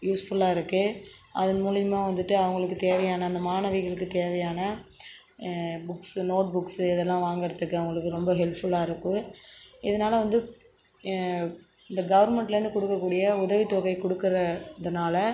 யூஸ்ஃபுல்லாக இருக்கு அதன் மூலயமா வந்துட்டு அவர்களுக்கு தேவையான அந்த மாணவிகளுக்கு தேவையான புக்ஸ் நோட் புக்ஸ் இதெல்லாம் வாங்குறதுக்கு அவர்களுக்கு ரொம்ப ஹெல்ப்ஃபுல்லாக இருக்கு இதனால் வந்து இந்த கவர்ன்மெண்ட்லேருந்து கொடுக்கக்கூடிய உதவித் தொகை கொடுக்கற இதனால்